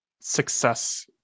success